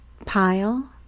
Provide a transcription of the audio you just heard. Pile